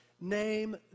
name